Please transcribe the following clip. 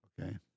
Okay